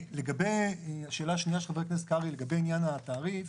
לגבי השאלה השנייה של חבר הכנסת קרעי לגבי עניין התעריף,